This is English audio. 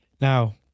Now